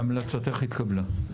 המלצתך התקבלה.